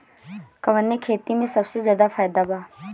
कवने खेती में सबसे ज्यादा फायदा बा?